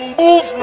move